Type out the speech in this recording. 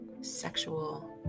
sexual